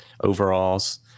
overalls